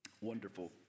Wonderful